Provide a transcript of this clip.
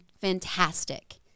fantastic